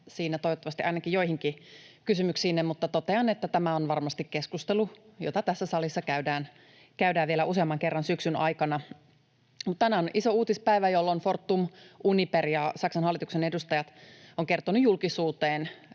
siinä toivottavasti ainakin joihinkin kysymyksiinne, mutta totean, että tämä on varmasti keskustelu, jota tässä salissa käydään vielä useamman kerran syksyn aikana. Mutta tänään on iso uutispäivä, jolloin Fortum, Uniper ja Saksan hallituksen edustajat ovat kertoneet julkisuuteen,